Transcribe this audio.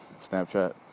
Snapchat